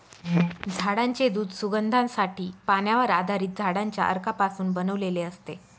झाडांचे दूध सुगंधासाठी, पाण्यावर आधारित झाडांच्या अर्कापासून बनवलेले असते